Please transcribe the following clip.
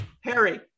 Harry